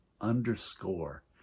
underscore